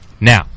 Now